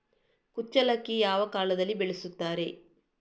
ಕುಚ್ಚಲಕ್ಕಿ ಯಾವ ಕಾಲದಲ್ಲಿ ಬೆಳೆಸುತ್ತಾರೆ?